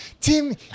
Tim